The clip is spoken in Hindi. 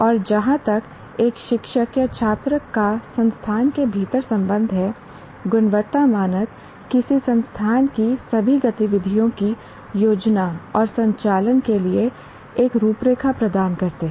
और जहां तक एक शिक्षक या छात्र का संस्थान के भीतर संबंध है गुणवत्ता मानक किसी संस्थान की सभी गतिविधियों की योजना और संचालन के लिए एक रूपरेखा प्रदान करते हैं